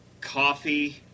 coffee